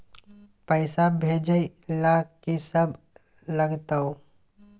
पैसा भेजै ल की सब लगतै?